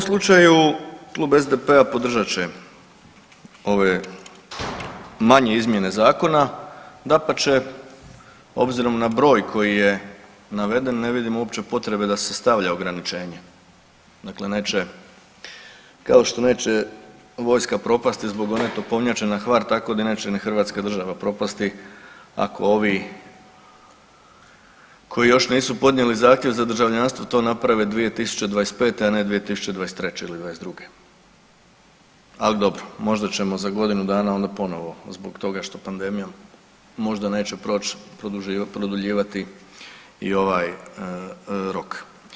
U ovom slučaju Klub SDP-a podržat će ove manje izmjene zakona, dapače obzirom na broj koji je naveden ne vidim uopće potrebe da se stavlja ograničenje, dakle neće kao što neće vojska propasti zbog one topovnjače na Hvar tako ni neće Hrvatska država propasti ako ovi koji još nisu podnijeli zahtjev za državljanstvo to naprave 2025., a ne 2023. ili '22., ali dobro možda ćemo za godinu dana onda ponovo zbog što pandemija možda neće proći produljivati i ovaj rok.